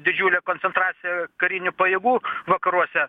didžiulė koncentracija karinių pajėgų vakaruose